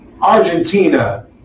Argentina